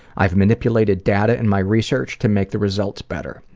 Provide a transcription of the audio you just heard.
i've manipulated data in my research to make the results better.